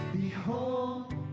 Behold